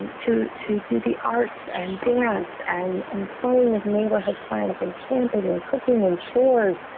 to to do the arts and dance and and playing with neighborhood friends and camping and cooking and chores.